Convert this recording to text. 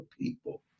people